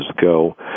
go